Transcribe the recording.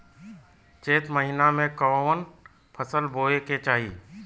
चैत महीना में कवन फशल बोए के चाही?